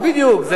זה בדיוק.